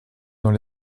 dans